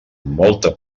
molta